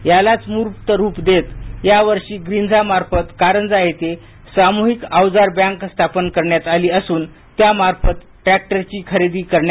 यालाच मूर्त रूप देत या वर्षी ग्रिन्झा मार्फत कारंजा येथे सामुहीक औजार बँक स्थापन करण्यात आली असून त्या मार्फत ट्रॅक्टरची खरेदी करण्यात आली आहे